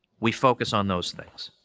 we focus on those things.